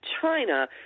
china